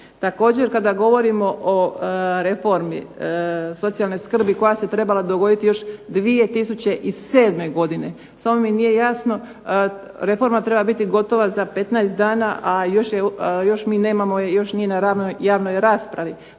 Također kada govorim o reformi socijalne skrbi koja se trebala dogoditi još 2007. godine, samo mi nije jasno reforma treba biti gotova za 15 dana, a još mi nemamo, još nije na javnoj raspravi.